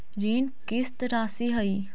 ऋण किस्त रासि का हई?